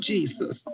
Jesus